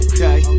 Okay